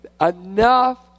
enough